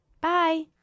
Bye